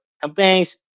campaigns